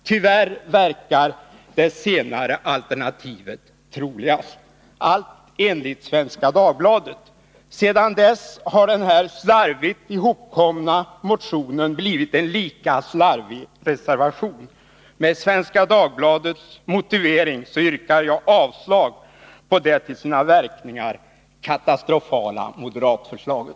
Tyvärr verkar det senare alternativet troligast.” Sedan dess har denna slarvigt hopkomna motion blivit en lika slarvig reservation. Med Svenska Dagbladets motivering yrkar jag avslag på det till sina verkningar katastrofala moderatförslaget.